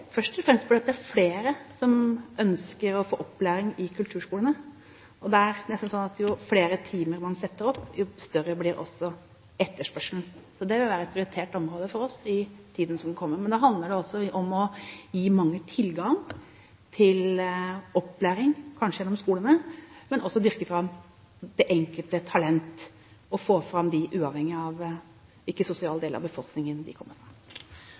først og fremst fordi det er flere som ønsker å få opplæring i kulturskolene. Det er nesten sånn at jo flere timer man setter opp, jo større blir også etterspørselen. Det vil være et prioritert område for oss i tiden som kommer. Det handler om å gi mange tilgang til opplæring, kanskje gjennom skolene, men også å dyrke fram det enkelte talent og få fram dem uavhengig av hvilken sosial del av befolkningen de kommer fra.